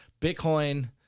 Bitcoin